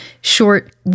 short